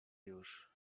już